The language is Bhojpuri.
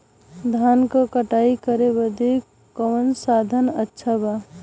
धान क कटाई करे बदे कवन साधन अच्छा बा?